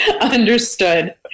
Understood